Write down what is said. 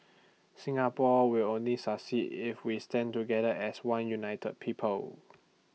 Singapore will only succeed if we stand together as one united people